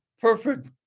Perfect